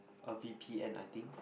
a v_p_n I think